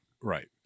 right